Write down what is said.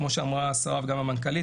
כמו שאמרו השרה והמנכ"לית,